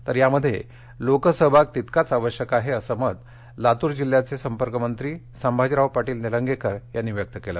तर यामध्ये लोकसहभाग तितकाच आवश्यक आहे असं मत लातूर जिल्ह्याचे पालकमंत्री संभाजी पाटील निलंगेकर यानी व्यक्त केलं